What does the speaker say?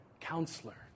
Counselor